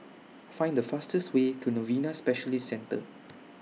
Find The fastest Way to Novena Specialist Centre